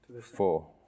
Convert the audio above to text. four